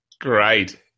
Great